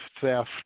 theft